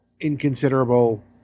inconsiderable